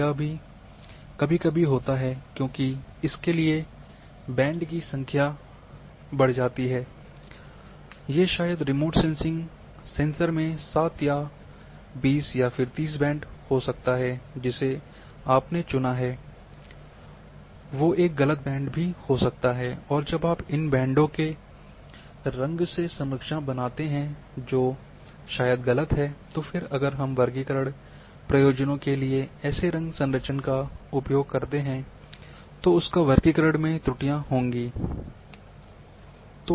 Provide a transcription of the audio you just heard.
यह भी कभी कभी होता है क्योंकि इसके लिए बैंड की संख्या बढ़ जाती है ये शायद रिमोट सेंसिंग सेन्सर में सात या बीस या फिर तीस बैंड हो सकता है जिसे आपने चुना है वो एक ग़लत बैंड हो सकता और जब आप इन बैंडों के रंग से संरचना बनाते हैं जो शायद गलत है तो फिर अगर हम वर्गीकरण प्रयोजनों के लिए ऐसे रंग संरचना का उपयोग करते हैं तो आपका वर्गीकरण में त्रुटियां होंगी ही